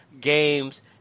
games